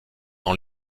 lors